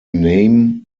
name